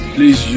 Please